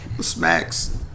Smacks